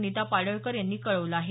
नीता पाडळकर यांनी कळवलं आहे